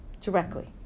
directly